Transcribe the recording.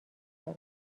دارد